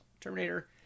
Terminator